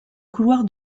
couloir